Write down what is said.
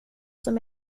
som